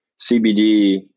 CBD